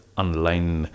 online